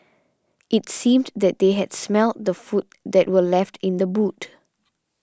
it seemed that they had smelt the food that were left in the boot